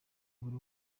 buri